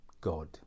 God